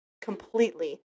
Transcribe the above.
completely